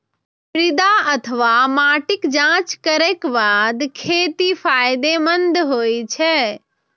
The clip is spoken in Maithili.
मृदा अथवा माटिक जांच करैक बाद खेती फायदेमंद होइ छै